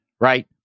right